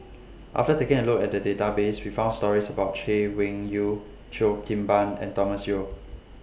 after taking A Look At The Database We found stories about Chay Weng Yew Cheo Kim Ban and Thomas Yeo